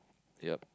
yup